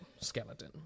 skeleton